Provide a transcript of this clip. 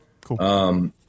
cool